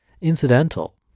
incidental